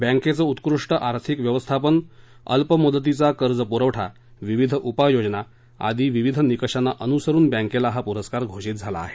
बक्तिं उत्कृष्ट आर्थिक व्यवस्थापन अल्पमुदती कर्ज पुरवठा विविध उपाययोजना आदी विविध निकषांना अनुसरुन बँकेला हा पुरस्कार घोषित झाला आहे